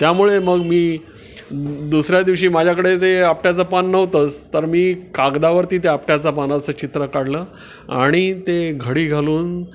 त्यामुळे मग मी दुसऱ्या दिवशी माझ्याकडे ते आपट्याचं पान नव्हतंच तर मी कागदावरती त्या आपट्याचं पानाचं चित्र काढलं आणि ते घडी घालून